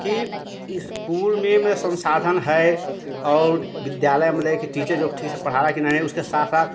कि इस्कूल में मतलब संसाधन है और विद्यालय मतलब कि टीचर जो ठीक से पढ़ा रहा है कि नाही उसके साथ साथ